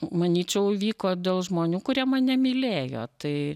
manyčiau vyko dėl žmonių kurie mane mylėjo tai